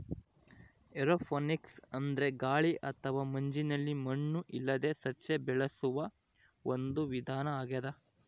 aeroponics ಅಂದ್ರೆ ಗಾಳಿ ಅಥವಾ ಮಂಜಿನಲ್ಲಿ ಮಣ್ಣು ಇಲ್ಲದೇ ಸಸ್ಯ ಬೆಳೆಸುವ ಒಂದು ವಿಧಾನ ಆಗ್ಯಾದ